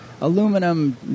Aluminum